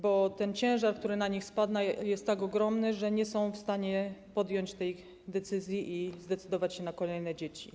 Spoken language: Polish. Bo ciężar, który na nich spadł, jest tak ogromny, że nie będą w stanie podjąć tej decyzji, zdecydować się na kolejne dzieci.